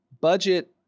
budget